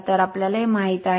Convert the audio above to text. तर आपल्याला हे माहित आहे